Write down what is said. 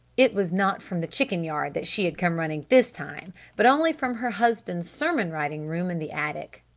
it was not from the chicken-yard that she had come running this time but only from her husband's sermon-writing-room in the attic.